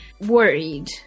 worried